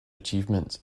achievements